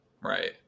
Right